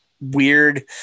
weird